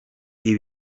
ibi